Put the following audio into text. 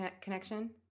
connection